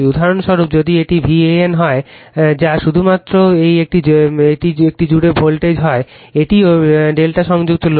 উদাহরণস্বরূপ যদি এটি VAN হয় যা শুধুমাত্র এই একটি জুড়ে ভোল্টেজ হয় এটিও Δ সংযুক্ত লোড